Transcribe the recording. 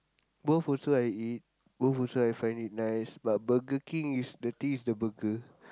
both also I eat both also I find it nice but Burger-King is the thing is the burger